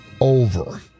Over